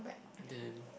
then